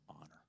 honor